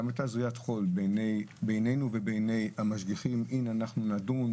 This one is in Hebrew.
גם הייתה זריית חול בעינינו ובעיניי המשגיחים אם אנחנו נדון,